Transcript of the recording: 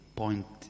point